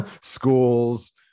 schools